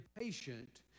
impatient